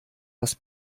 das